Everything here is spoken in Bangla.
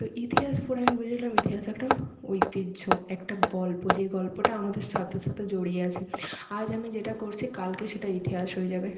তো ইতিহাস পড়ে আমি বুঝলাম ইতিহাস একটা ঐতিহ্য একটা গল্প যে গল্পটা আমাদের সাথে সাথে জড়িয়ে আছে আজ আমি যেটা করছি কালকে সেটা ইতিহাস হয়ে যাবে